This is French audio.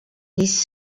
les